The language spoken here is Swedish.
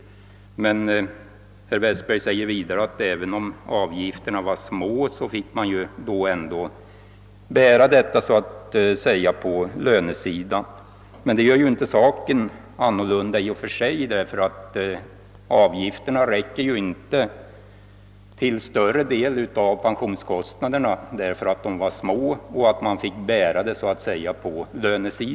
även om avgifterna var små, säger han, fick man ändå bära dem på lönesidan. Det gör emellertid inte saken annorlunda i och för sig. Avgifterna räckte inte till någon större del av pensionskostnaderna just därför att de var så små.